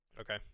Okay